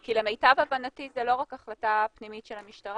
כי למיטב הבנתי זה לא רק החלטה פנימית של המשטרה,